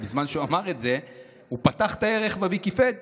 בזמן שהוא אמר את זה הוא פתח את הערך בוויקיפדיה.